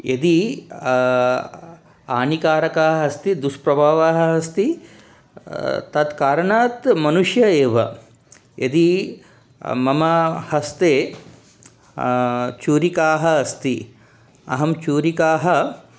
यदि हानिकारकः अस्ति दुष्प्रभावः अस्ति तत् कारणात् मनुष्यः एव यदि मम हस्ते छुरिका अस्ति अहं छुरिका